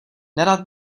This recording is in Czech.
nerad